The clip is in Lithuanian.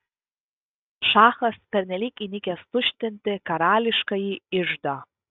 šachas pernelyg įnikęs tuštinti karališkąjį iždą